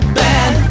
bad